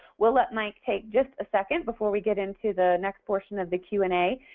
we'll let mike take just a second before we get into the next portion of the q and a.